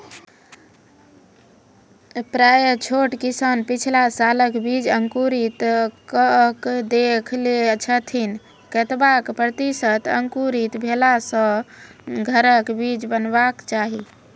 प्रायः छोट किसान पिछला सालक बीज अंकुरित कअक देख लै छथिन, केतबा प्रतिसत अंकुरित भेला सऽ घरक बीज बुनबाक चाही?